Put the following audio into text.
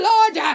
Lord